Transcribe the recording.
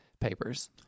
Papers